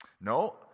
No